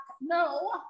No